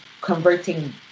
converting